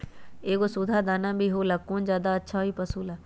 एगो सुधा दाना भी होला कौन ज्यादा अच्छा होई पशु ला?